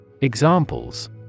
Examples